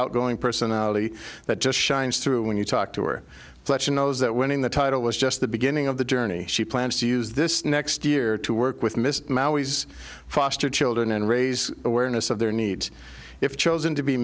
outgoing personality that just shines through when you talk to her such knows that winning the title was just the beginning of the journey she plans to use this next year to work with mr maui's foster children and raise awareness of their needs if chosen to be